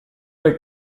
del